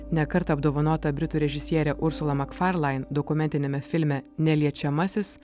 ne kartą apdovanota britų režisierė ursula makfarlain dokumentiniame filme neliečiamasis